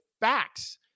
facts